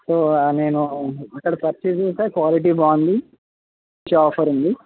so నేను అక్కడ purchase చేశా క్వాలిటీ బాగుంది మంచి ఆఫర్ ఉంది